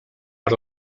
per